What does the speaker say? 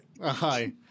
Hi